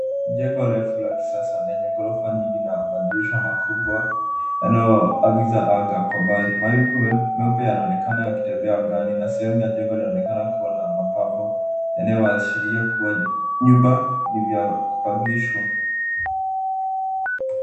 Jengo refu la kisasa lenye ghorofa mbili ina madirisha makubwa yanayoangaza anga kwa mbali. Mawingu meupe yanaonekana yakitembea angani na sehemu ya juu inaonekana kua na mapambo yanayoashiria kwamba nyumba ni vya kupangishwa.